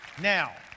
Now